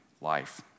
life